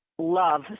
love